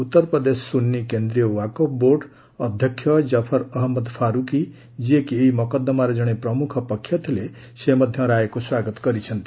ଉତ୍ତରପ୍ରଦେଶ ସୁନ୍ନୀ କେନ୍ଦ୍ରୀୟ ୱାକଫ୍ ବୋର୍ଡ ଅଧ୍ୟକ୍ଷ ଜଫର ଅହଜ୍ଞଦ ଫାରୁକୀ ଯିଏ କି ଏହି ମକଦ୍ଦମାରେ ଜଣେ ପ୍ରମୁଖ ପକ୍ଷ ଥିଲେ ସେ ମଧ୍ୟ ରାୟକୁ ସ୍ୱାଗତ କରିଛନ୍ତି